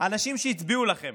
אנשים שהצביעו לכם